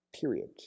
period